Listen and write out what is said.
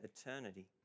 eternity